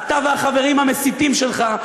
אתה והחברים המסיתים שלך,